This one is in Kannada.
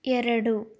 ಎರಡು